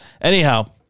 Anyhow